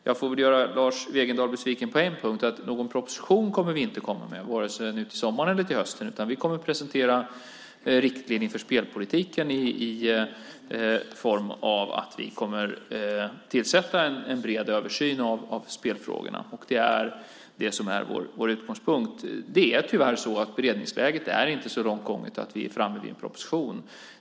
Jag får nog göra Lars Wegendal besviken på en punkt, nämligen att vi inte kommer att lägga fram någon proposition vare sig nu till sommaren eller till hösten, utan vi kommer att presentera riktlinjer för spelpolitiken i form av att vi kommer att göra en bred översyn av spelfrågorna. Det är det som är vår utgångspunkt. Beredningen har tyvärr inte kommit så långt att vi är framme vid en proposition.